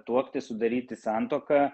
tuoktis sudaryti santuoką